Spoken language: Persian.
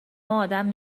ادم